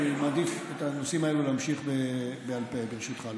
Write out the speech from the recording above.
אני מעדיף להמשיך את הנושאים האלה בעל פה, ברשותך.